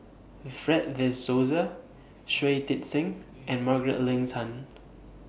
Fred De Souza Shui Tit Sing and Margaret Leng Tan